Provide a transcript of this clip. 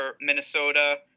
Minnesota